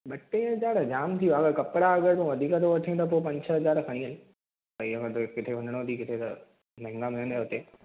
ॿ टे हज़ार जाम थी वियो अगरि कपिड़ा तूं वधीक थो वठे थो त पंज छह हज़ार खणी हलु भई अगरि तोखे किथे वञिणो थी त महांगा मिलंदे हुते